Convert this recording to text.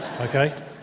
Okay